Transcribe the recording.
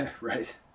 Right